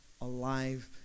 alive